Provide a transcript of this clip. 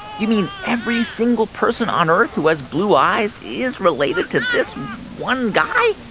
you mean every single person on earth who has blue eyes is related to this one guy?